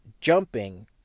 jumping